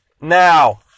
Now